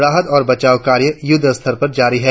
राहत और बचाव कार्य युद्ध स्तर पर जारी है